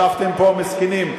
ישבתם פה מסכנים,